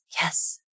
Yes